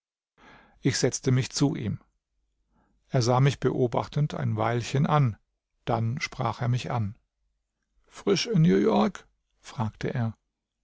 ich setzte mich zu ihm er sah mich beobachtend ein weilchen an dann sprach er mich an frisch in new york fragte er